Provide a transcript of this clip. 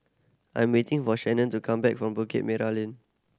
I'm waiting for Shanon to come back from Bukit Merah Lane